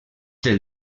del